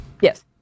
Yes